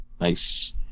Nice